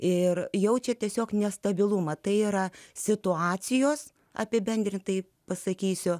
ir jaučia tiesiog nestabilumą tai yra situacijos apibendrintai pasakysiu